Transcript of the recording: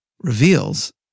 reveals